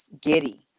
giddy